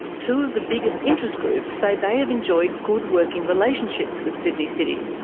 two of the biggest interest groups say they have enjoyed good working relationships with sydney city.